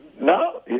No